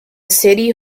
city